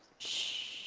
shhh.